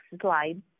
slide